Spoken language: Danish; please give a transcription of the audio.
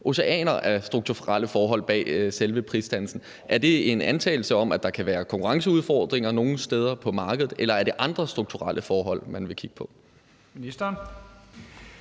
oceaner af strukturelle forhold bag selve prisdannelsen. Er det en antagelse om, at der kan være konkurrenceudfordringer nogle steder på markedet, eller er det andre strukturelle forhold, man vil kigge på?